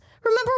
Remember